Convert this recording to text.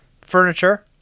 Furniture